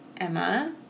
Emma